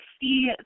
see